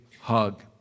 hug